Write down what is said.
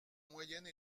moyenne